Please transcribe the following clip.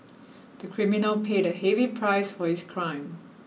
the criminal paid a heavy price for his crime